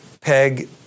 peg